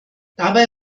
dabei